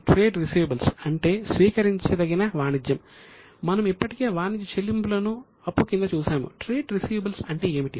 trade receivables అంటే ఏమిటి